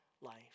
life